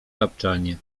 tapczanie